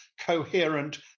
coherent